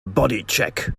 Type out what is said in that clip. bodycheck